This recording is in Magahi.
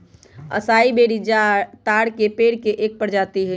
असाई बेरी ताड़ के पेड़ के एक प्रजाति हई